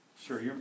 Sure